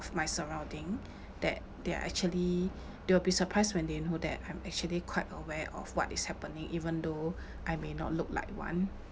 my surrounding that they're actually they will be surprised when they know that I'm actually quite aware of what is happening even though I may not look like one